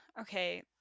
okay